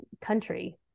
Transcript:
country